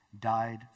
died